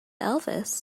elvis